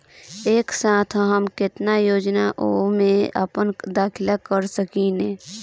एक साथ हम केतना योजनाओ में अपना दाखिला कर सकेनी?